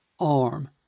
arm